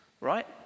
right